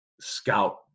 scout